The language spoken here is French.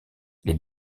les